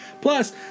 Plus